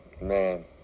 man